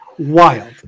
wild